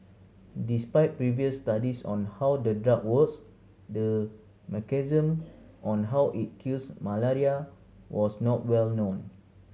despite previous studies on how the drug works the mechanism on how it kills malaria was not well known